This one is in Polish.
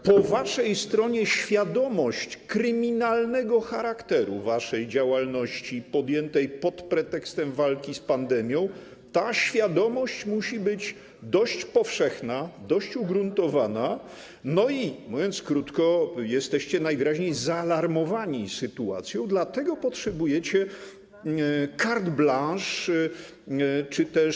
Po waszej stronie świadomość kryminalnego charakteru waszej działalności podjętej pod pretekstem walki z pandemią musi być dość powszechna, dość ugruntowana i, mówiąc krótko, jesteście najwyraźniej zaalarmowani sytuacją, dlatego potrzebujecie carte blanche czy też.